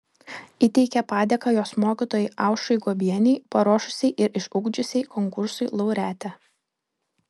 įteikė padėką jos mokytojai aušrai guobienei paruošusiai ir išugdžiusiai konkursui laureatę